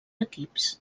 equips